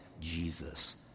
Jesus